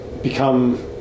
Become